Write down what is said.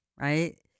right